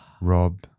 Rob